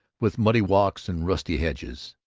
with muddy walks and rusty hedges,